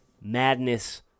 Madness